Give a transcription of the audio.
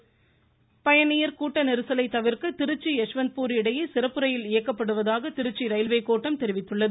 ரயில் பயணியர் கூட்ட நெரிசலை தவிர்க்க திருச்சி யஷ்வந்த்பூர் இடையே சிறப்பு ரயில் இயக்கப்படுவதாக திருச்சி ரயில்வே கோட்டம் தெரிவித்துள்ளது